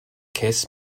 kiss